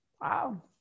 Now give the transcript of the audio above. wow